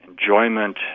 enjoyment